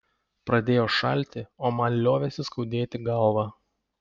pradėjo šalti o man liovėsi skaudėti galvą